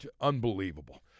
Unbelievable